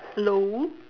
hello